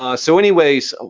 ah so anyways, so